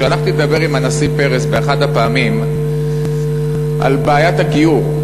באחת הפעמים שהלכתי לדבר עם הנשיא פרס על בעיית הגיור,